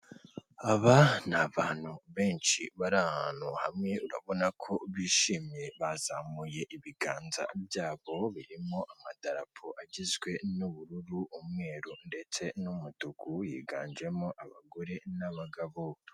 Aba ni abantu benshi bari ahantu hamwe, urabona ko bishimye, bazamuye ibiganza byabo, birimo amadarapo agizwe n'ubururu, umweru, ndetse n'umutuku, higanjemo abagore n'abagabo.